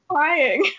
Crying